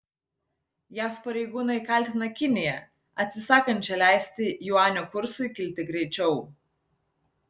jav pareigūnai kaltina kiniją atsisakančią leisti juanio kursui kilti greičiau